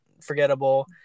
Forgettable